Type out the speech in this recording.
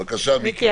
בבקשה, מיקי.